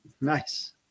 nice